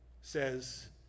says